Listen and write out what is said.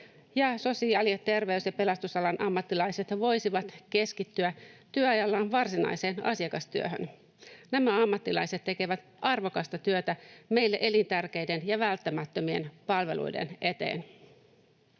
sosiaali- ja terveys- ja pelastusalan ammattilaiset voisivat keskittyä työajallaan varsinaiseen asiakastyöhön. Nämä ammattilaiset tekevät arvokasta työtä meille elintärkeiden ja välttämättömien palveluiden eteen.